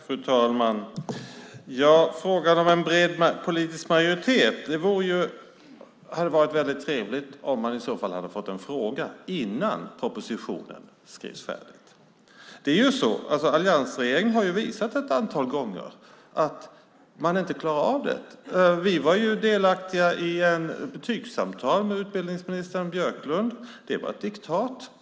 Fru talman! När det gäller frågan om en bred politisk majoritet hade det varit väldigt trevligt om man i så fall hade fått en fråga innan propositionen skrevs färdigt. Alliansregeringen har visat ett antal gånger att man inte klarar av det. Vi var ju delaktiga i betygssamtal med utbildningsminister Björklund. Det var ett diktat.